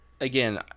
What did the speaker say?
Again